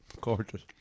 Gorgeous